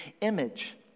image